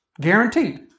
guaranteed